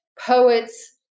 poets